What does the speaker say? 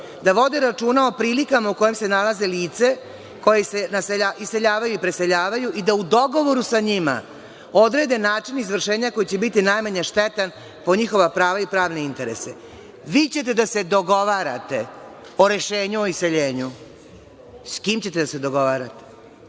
da vode računa o prilikama u kojima se nalaze lica koja se iseljavaju i preseljavaju i da u dogovoru sa njima odrede način izvršenja koji će biti najmanje štetan po njihova prava i pravne interese. Vi ćete da se dogovarate o rešenju o iseljenju. S kim ćete da se dogovarate?